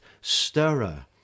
stirrer